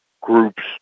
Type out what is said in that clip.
groups